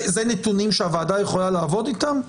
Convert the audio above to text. זה נתונים שהוועדה יכולה לעבוד איתם?